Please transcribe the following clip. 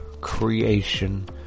creation